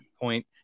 point